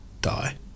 Die